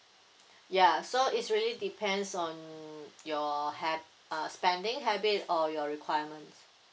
ya so it's really depends on your hab~ uh spending habit or your requirements